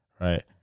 right